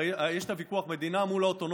הרי יש את הוויכוח מדינה מול האוטונומיות,